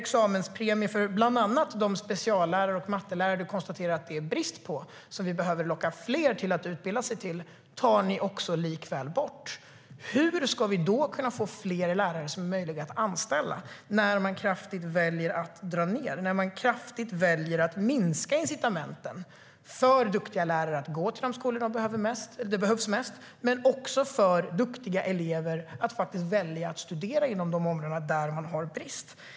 Examenspremier för bland annat de speciallärare och mattelärare som du konstaterar att det är brist på och som vi behöver locka fler att utbilda sig till tar ni bort. Hur ska vi kunna få fler lärare som är möjliga att anställa, när ni väljer att dra ned kraftigt, när ni väljer att kraftigt minska incitamenten för duktiga lärare att gå till de skolor där de behövs mest men också för duktiga elever att välja att studera inom de områden där det är brist?